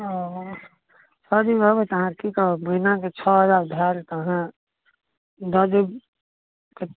ओ छओ दिन रहबै तऽ अहाँके की कहब महिनाके छओ हजार भेल तऽ अहाँ दऽ देब